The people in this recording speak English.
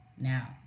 now